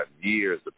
years